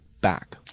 back